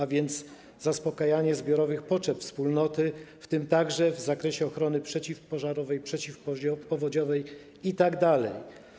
Chodzi o zaspokajanie zbiorowych potrzeb wspólnoty, w tym także w zakresie ochrony przeciwpożarowej, przeciwpowodziowej itd.